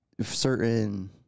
certain